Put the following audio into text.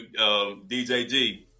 djg